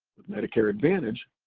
medicare advantage,